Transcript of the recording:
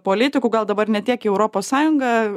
politikų gal dabar ne tiek į europos sąjungą